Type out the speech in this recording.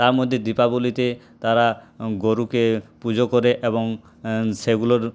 তার মধ্যে দীপাবলিতে তারা গরুকে পুজো করে এবং সেগুলোর